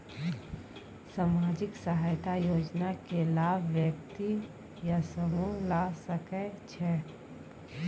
सामाजिक सहायता योजना के लाभ व्यक्ति या समूह ला सकै छै?